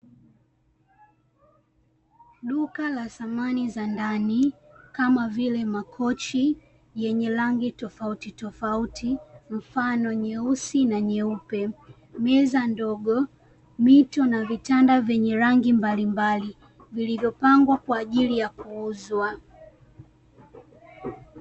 Duka la samani za ndani kama vile makochi, yenye rangi tofauti tofauti, mfano nyeusi na nyeupe, meza ndogo, mito na vitanda vyenye rangi mbalimbali, vilivyopangwa kwaajili ya kuuzwa.